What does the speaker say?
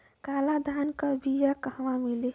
काला धान क बिया कहवा मिली?